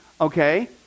okay